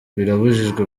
birabujijwe